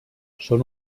són